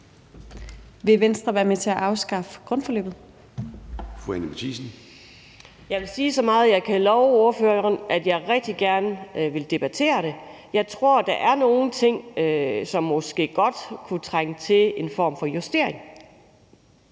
Jeg vil sige så meget, at jeg kan love ordføreren, at jeg rigtig gerne vil debattere det. Jeg tror, der er nogle ting, som måske godt kunne trænge til en form for justering.